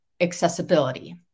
accessibility